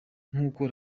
nkuko